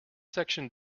section